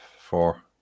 Four